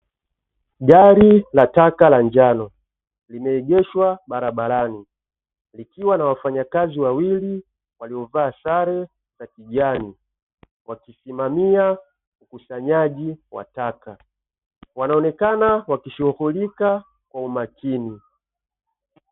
Gari la taka la njano limeegeshwa barabarani likiwa na wafanyakazi wawili waliovaa sare za kijani wakisimamia ukusanyaji wa taka; wanaonekana wakishughulika kwa umakini.